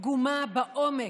פגומה בעומק.